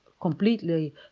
completely